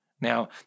Now